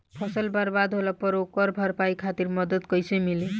फसल बर्बाद होला पर ओकर भरपाई खातिर मदद कइसे मिली?